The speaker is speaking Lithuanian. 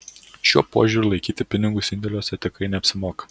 šiuo požiūriu laikyti pinigus indėliuose tikrai neapsimoka